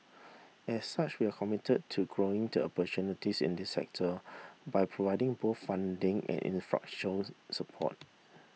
as such we are committed to growing to opportunities in this sector by providing both funding and infrastructure support